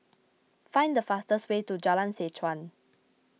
find the fastest way to Jalan Seh Chuan